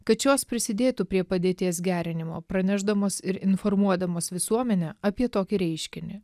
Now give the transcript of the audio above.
kad šios prisidėtų prie padėties gerinimo pranešdamos ir informuodamas visuomenę apie tokį reiškinį